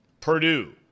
Purdue